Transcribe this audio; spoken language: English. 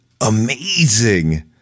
amazing